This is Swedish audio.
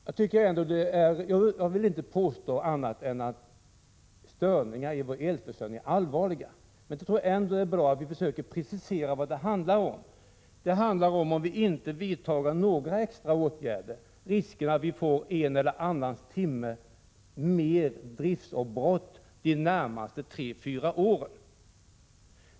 Jag vill inte påstå annat än att störningar i vår elförsörjning är allvarliga. Det vore ändå bra om vi försökte precisera vad det handlar om. Det handlar om att vi, om vi inte vidtar extra åtgärder, riskerar att få en eller annan timme mer driftsavbrott under de närmaste tre fyra åren.